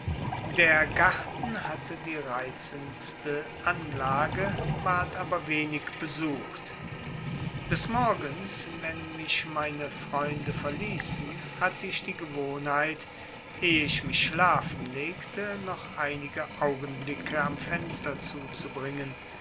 der garten hatte die reizendste anlage ward aber wenig besucht des morgens wenn mich meine freunde verließen hatte ich die gewohnheit ehe ich mich schlafen legte noch einige augenblicke am fenster zuzubringen